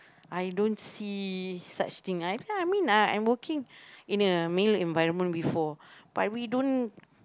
I don't see such things actually I mean uh I am working in a male environment before but we don't